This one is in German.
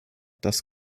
dass